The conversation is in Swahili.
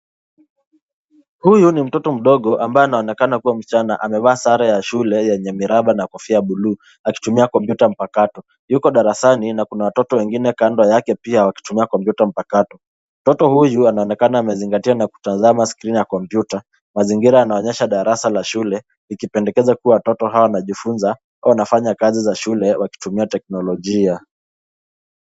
Huyu ni mtoto mdogo ambaye anaonekana kuwa ni msichana. Amevaa sare ya shule yenye miraba na kofia ya buluu akitumia kompyuta mpakato. Yuko darasani na kuna watoto wengine kando yake pia wakitumia kompyuta mpakato. Mtoto huyu anaonekana amezingatia na kutazama skrini ya kompyuta. Mazingira yanaonyesha kuwa darasa la shule ikipendekeza kuwa watoto hawa wanajifunza au wanafanya kazi za shule wakitumia teknolojia.